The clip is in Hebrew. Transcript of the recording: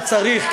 כשצריך,